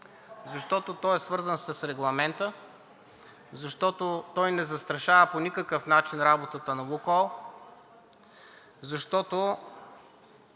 защото той е свързан с Регламента, защото той не застрашава по никакъв начин работата на „Лукойл“, защото